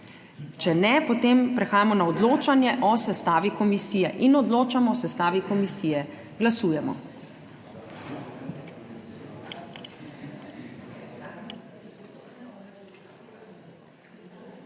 Če ne, potem prehajamo na odločanje o sestavi komisije in odločamo o sestavi komisije. Glasujemo.